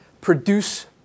Produce